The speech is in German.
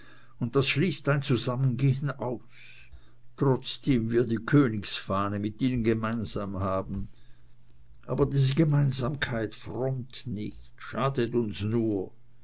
und das schließt ein zusammengehen aus trotzdem wir die königsfahne mit ihnen gemeinsam haben aber diese gemeinsamkeit frommt nicht schadet uns nur